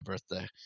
Birthday